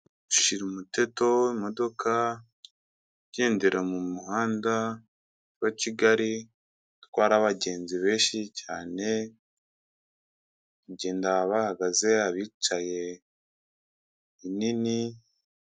Shira umuteto w'imodoka, igendera mu muhanda wa Kigali, utwara abagenzi benshi cyane, bagenda bahagaze abicaye nini.